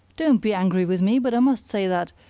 don't be angry with me, but i must say that,